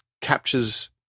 captures